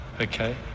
Okay